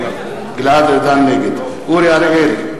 נגד אורי אריאל,